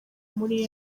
muri